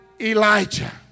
Elijah